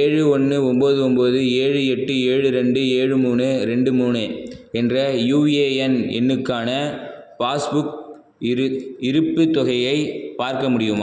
ஏழு ஒன்று ஒம்பது ஒம்பது ஏழு எட்டு ஏழு ரெண்டு ஏழு மூணு ரெண்டு மூணு என்ற யுஏஎன் எண்ணுக்கான பாஸ்புக் இருப் இருப்புத் தொகையை பார்க்க முடியுமா